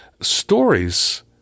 Stories